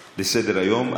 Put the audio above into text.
לסדר-היום.